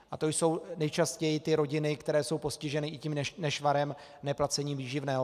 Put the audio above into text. A to jsou nejčastěji rodiny, které jsou postiženy i tím nešvarem neplacení výživného.